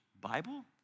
Bible